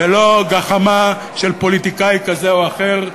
ולא גחמה של פוליטיקאי כזה או אחר,